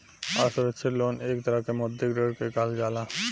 असुरक्षित लोन एक तरह के मौद्रिक ऋण के कहल जाला